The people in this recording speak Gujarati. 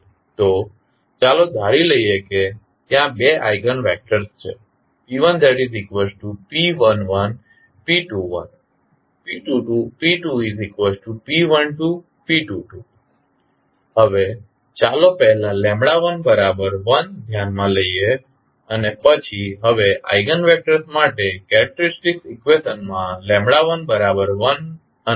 તો ચાલો ધારી લઈએ કે ત્યાં બે આઇગન વેક્ટર્સ છે હવે ચાલો પહેલા 11 ધ્યાનમાં લઈએ અને પછી હવે આઇગન વેક્ટર્સ માટે કેરેક્ટેરીસ્ટીક ઇકવેશનમાં 11 અને p1 મૂકીએ